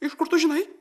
iš kur tu žinai